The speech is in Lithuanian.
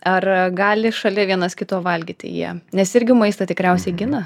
ar gali šalia vienas kito valgyti jie nes irgi maistą tikriausiai gina